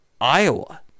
Iowa